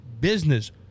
business